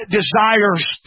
desires